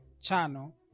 channel